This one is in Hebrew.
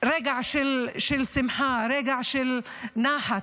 רגע של שמחה, רגע של נחת.